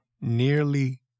nearly